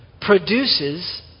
produces